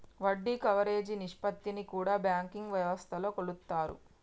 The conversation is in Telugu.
వడ్డీ కవరేజీ నిష్పత్తిని కూడా బ్యాంకింగ్ వ్యవస్థలో కొలుత్తారు